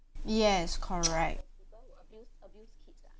yes correct